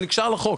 זה נקשר לחוק.